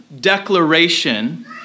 declaration